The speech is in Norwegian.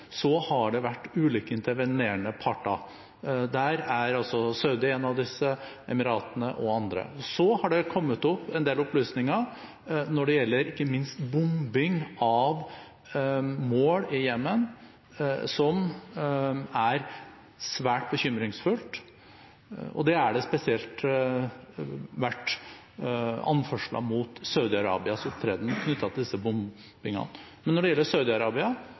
Så har det kommet opp en del opplysninger ikke minst når det gjelder bombing av mål i Jemen, som er svært bekymringsfulle, og det har spesielt vært anførsler mot Saudi-Arabias opptreden knyttet til disse bombingene. Men når det gjelder